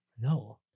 no